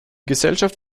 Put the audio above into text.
gesellschaft